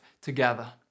together